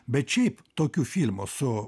bet šiaip tokių filmų su